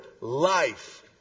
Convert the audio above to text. life